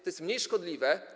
To jest mniej szkodliwe.